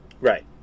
Right